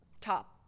top